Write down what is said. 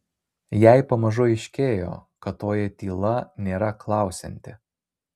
jai pamažu aiškėjo kad toji tyla nėra klausianti